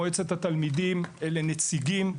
מועצת התלמידים אלה נציגים,